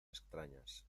extrañas